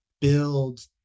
build